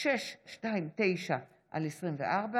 פ/629/24